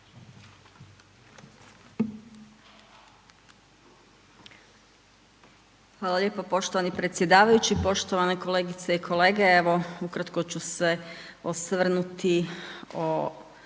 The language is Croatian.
Hvala lijepo poštovani predsjedavajući. Poštovane kolegice i kolege, evo ukratko ću se osvrnuti o